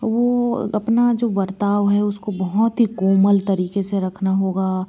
वह अपना जो बर्ताव है उसको बहुत ही कोमल तरीके से रखना होगा